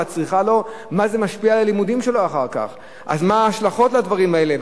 ואיך זה משפיע על הלימודים שלו אחר כך ומה ההשלכות של דברים האלה.